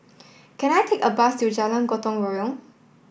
can I take a bus to Jalan Gotong Royong